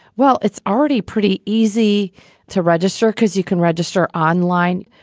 well, it's already pretty easy to register because you can register online.